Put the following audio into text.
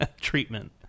treatment